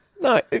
No